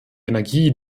energie